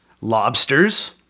lobsters